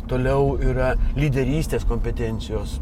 toliau yra lyderystės kompetencijos